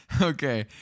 Okay